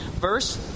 Verse